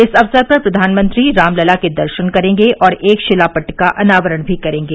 इस अवसर पर प्रधानमंत्री रामलला के दर्शन करेंगे और एक शिलापट्ट का अनावरण भी करेंगे